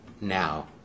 now